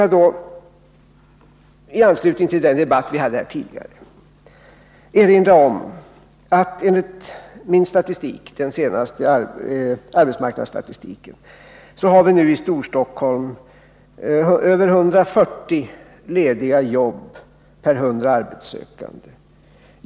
Låt mig i anslutning till den debatt som vi tidigare förde erinra om att det i Storstockholm enligt den senaste arbetsmarknadsstatistiken finns över 140 lediga jobb per 100 arbetssökande.